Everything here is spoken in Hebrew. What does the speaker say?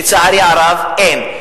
לצערי הרב אין.